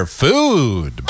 food